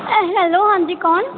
hello ਹਾਂਜੀ ਕੋਣ